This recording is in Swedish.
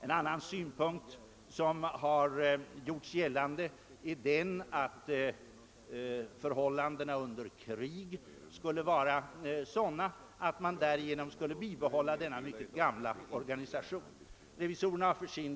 En annan synpunkt som har gjorts gällande är att förhållandena under krig skulle kunna bli sådana, att det fördenskull vore motiverat att bibehålla den nuvarande mycket gamla organisationen av riksbankens avdelningskontor.